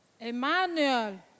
Emmanuel